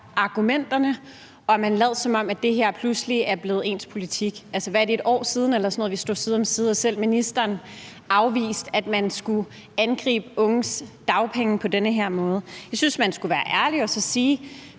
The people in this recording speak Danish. argumenterne og lader, som om det her pludselig er blevet ens politik. Altså, hvad er det – et år siden eller sådan noget – at vi stod side om side og selv ministeren afviste, at man skulle angribe unges dagpenge på den her måde? Jeg synes, man skulle være ærlig og så sige: